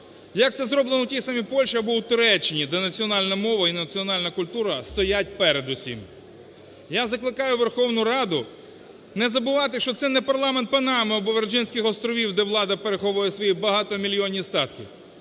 як це зроблено у тій самій Польщі або у Туреччині, де національна мова і національна культура стоять передусім. Я закликаю Верховну Раду не забувати, що це не парламент Панами або Вірджинських островів, де влада переховує свої багатомільйонні статки,